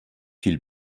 viel